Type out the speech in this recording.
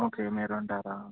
okay మీరు ఉంటారా